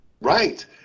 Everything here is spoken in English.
right